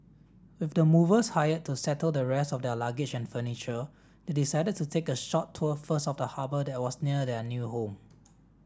with the movers hired to settle the rest of their luggage and furniture they decided to take a short tour first of the harbour that was near their new home